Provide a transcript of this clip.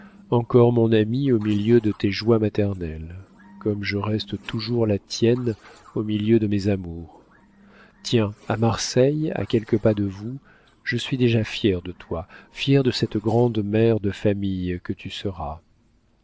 féconde encore mon amie au milieu de tes joies maternelles comme je reste toujours la tienne au milieu de mes amours tiens à marseille à quelques pas de vous je suis déjà fière de toi fière de cette grande mère de famille que tu seras